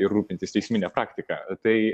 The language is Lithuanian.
ir rūpintis teismine praktika tai